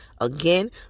Again